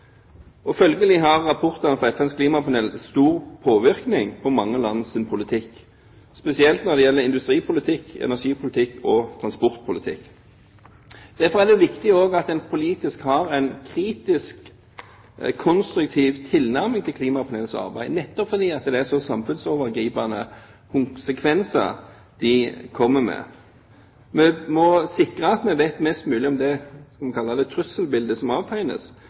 Følgelig har rapportene fra FNs klimapanel stor påvirkning på mange lands politikk, spesielt når det gjelder industripolitikk, energipolitikk og transportpolitikk. Derfor er det også viktig at en politisk har en kritisk, konstruktiv tilnærming til klimapanelets arbeid, nettopp fordi det er så samfunnsovergripende sekvenser de kommer med. Vi må sikre at vi vet mest mulig om det – skal vi kalle det – trusselbildet som avtegnes,